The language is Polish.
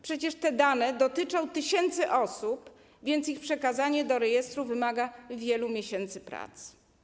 Przecież te dane dotyczą tysięcy osób, więc ich przekazanie do rejestru wymaga wielu miesięcy pracy.